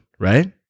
Right